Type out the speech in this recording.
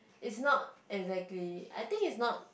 it's not exactly I think it's not